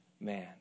man